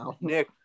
Nick